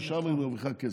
כי שם היא מרוויחה כסף.